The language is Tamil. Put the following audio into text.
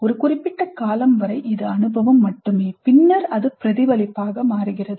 ஒரு குறிப்பிட்ட காலம் வரை இது அனுபவம் மட்டுமே பின்னர் அது பிரதிபலிப்பாக மாறுகிறது